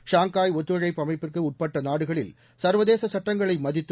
Shanghai ஒத்துழைப்பு அமைப்பிற்கு உட்பட்ட நாடுகளில் சர்வதேச சட்டங்களை மதித்து